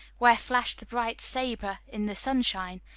where flashed the bright sabre in the sunshine,